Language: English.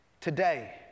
today